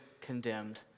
condemned